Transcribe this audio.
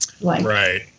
Right